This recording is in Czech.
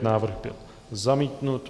Návrh byl zamítnut.